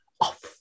off